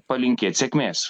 palinkėt sėkmės